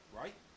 right